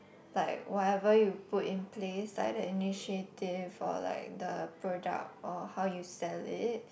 like whatever you put in place like the initiative or like the product or how you sell it